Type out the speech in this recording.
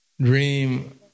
dream